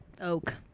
Oak